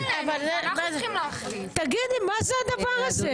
מה זה הדבר הזה?